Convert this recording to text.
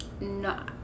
no